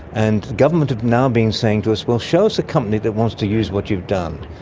and government have now been saying to us, well, show us a company that wants to use what you've done.